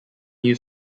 new